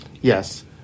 Yes